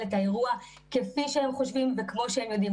את האירוע כפי שהם חושבים וכמו שהם יודעים.